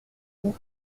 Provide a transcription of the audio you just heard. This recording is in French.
vous